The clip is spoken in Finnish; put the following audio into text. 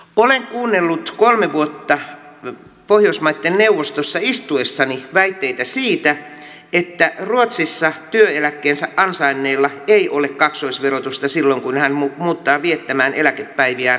olen kuunnellut kolme vuotta pohjoismaiden neuvostossa istuessani väitteitä siitä että ruotsissa työeläkkeensä ansainneella ei ole kaksoisverotusta silloin kun hän muuttaa viettämään eläkepäiviään koto suomeen